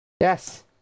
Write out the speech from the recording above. Yes